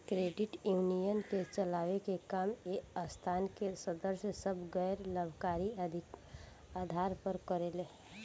credit union के चलावे के काम ए संस्था के सदस्य सभ गैर लाभकारी आधार पर करेले